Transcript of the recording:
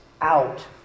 out